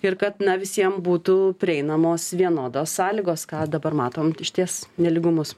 ir kad na visiem būtų prieinamos vienodos sąlygos ką dabar matom išties nelygumus